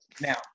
now